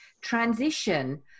transition